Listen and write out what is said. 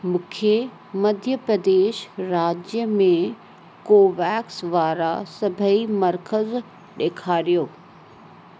मूंखे मध्य प्रदेश राज्य में कोवेक्स वारा सभई मर्कज़ ॾेखारियो